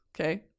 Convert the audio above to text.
okay